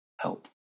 help